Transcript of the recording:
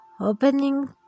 opening